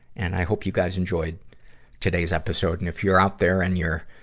and i hope you guys enjoyed today's episode. and if you're out there and you're,